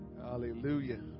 Hallelujah